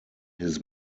his